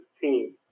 team